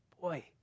boy